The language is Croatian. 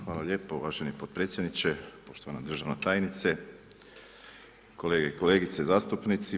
Hvala lijepo uvaženi potpredsjedniče, poštovana državna tajnice, kolege i kolegice zastupnici.